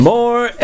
More